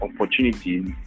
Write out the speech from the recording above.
opportunities